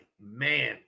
man